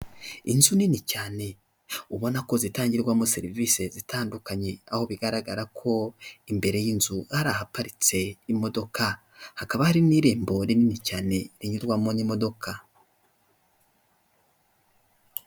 Inzu nini cyane ubona ko zitangirwamo serivisi zitandukanye, aho bigaragara ko imbere y'inzu ari ahaparitse imodoka, hakaba hari n'irembo rinini cyane rinyurwamo n'imodoka.